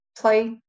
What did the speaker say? play